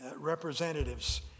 representatives